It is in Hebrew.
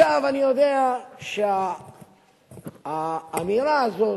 אני יודע שהאמירה הזאת,